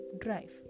drive